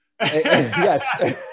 Yes